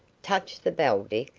touch the bell, dick.